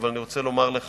אבל אני רוצה לומר לך: